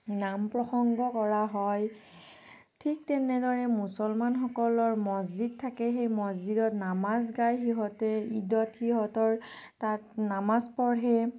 নাম প্ৰসংগ কৰা হয় ঠিক তেনেদৰে মুছলমানসকলৰ মচজিদ থাকে সেই মচজিদত নামাজ গাই সিহঁতে ঈদত সিহঁতৰ তাত নামাজ পঢ়ে